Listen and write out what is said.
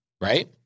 right